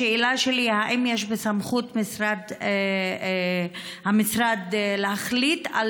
השאלה שלי: האם יש בסמכות המשרד להחליט על